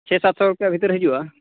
ᱪᱷᱮ ᱥᱟᱛᱥᱚ ᱵᱷᱤᱛᱤᱨ ᱨᱮ ᱦᱤᱡᱩᱜᱼᱟ